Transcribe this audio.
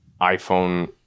iPhone